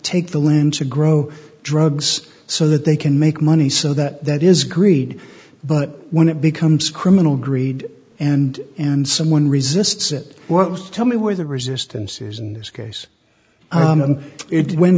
take the land to grow drugs so that they can make money so that that is greed but when it becomes criminal greed and and someone resists it works tell me where the resistance is in this case it when